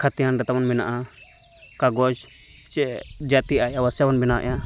ᱠᱷᱟᱛᱤᱭᱟᱱ ᱨᱮᱛᱟᱵᱚᱱ ᱢᱮᱱᱟᱜᱼᱟ ᱠᱟᱜᱚᱡᱽ ᱪᱮ ᱡᱟᱛᱤ ᱮᱣᱟ ᱵᱮᱵᱚᱥᱛᱟ ᱵᱚᱱ ᱵᱮᱱᱟᱣ ᱮᱜᱼᱟ